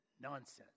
nonsense